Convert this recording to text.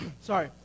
Sorry